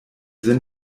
sind